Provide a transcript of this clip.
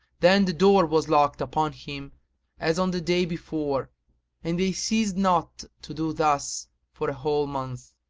then the door was locked upon him as on the day before and they ceased not to do thus for a whole month.